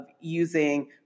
using